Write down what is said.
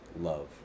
love